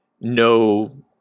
no